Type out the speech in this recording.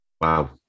Wow